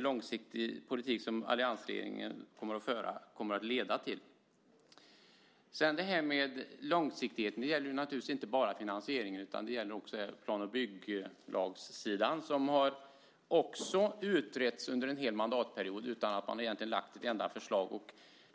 långsiktiga politik som alliansregeringen kommer att föra kommer att leda till det. Långsiktighet gäller naturligtvis inte bara finansieringen utan också plan och bygglagssidan, som har utretts under en hel mandatperiod utan att man egentligen lagt fram ett enda förslag.